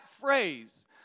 phrase